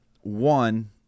one